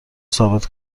ثابت